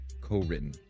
co-written